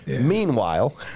Meanwhile